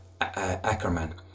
Ackerman